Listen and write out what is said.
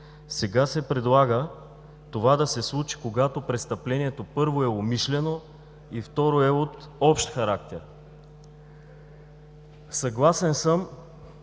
Сега се предлага това да се случи, когато престъплението, първо, е умишлено, и второ, е от общ характер. Съгласен съм